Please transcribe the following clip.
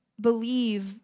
believe